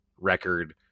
record